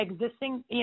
existing